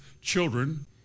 children